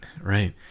Right